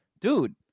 dude